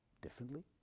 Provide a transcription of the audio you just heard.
Differently